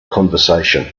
conversation